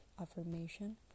affirmation